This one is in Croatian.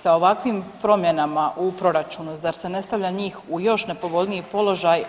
Sa ovakvim promjenama u proračunu zar se ne stavlja njih u još nepovoljniji položaj